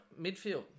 midfield